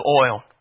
oil